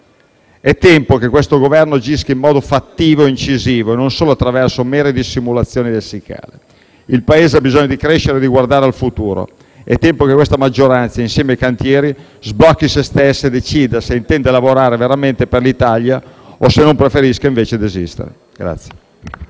È tempo che questo Governo agisca in modo fattivo e incisivo, non solo attraverso mere dissimulazioni lessicali. Il Paese ha bisogno di crescere e guardare al futuro. È tempo che questa maggioranza, insieme ai cantieri, sblocchi se stessa e decida se intende lavorare veramente per l'Italia o se non preferisca invece desistere.